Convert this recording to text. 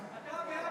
אתה בעד עובדי קבלן.